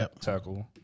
tackle